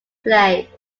play